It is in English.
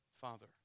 Father